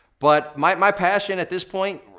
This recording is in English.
but my passion at this point,